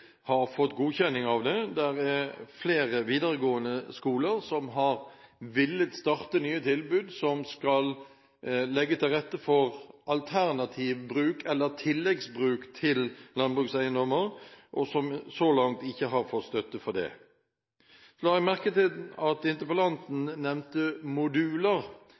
har fått godkjenning. Det er flere videregående skoler som har villet starte opp nye tilbud, som skal legge til rette for tilleggsbruk av landbrukseiendommer, men som så langt ikke har fått støtte til det. Så la jeg merke til at interpellanten nevnte moduler,